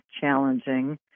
challenging